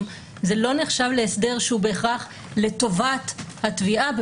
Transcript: זה לא נחשב להסדר שהוא בהכרח לטובת התביעה,